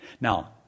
Now